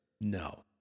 No